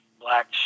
black